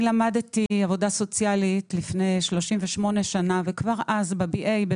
אני למדתי עבודה סוציאלית לפני 38 שנים וכבר אז בלימודים לתואר